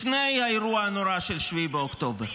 לפני האירוע הנורא של 7 באוקטובר,